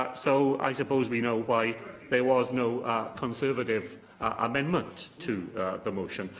so, i suppose we know why there was no conservative amendment to the motion.